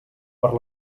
per